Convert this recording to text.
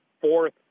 fourth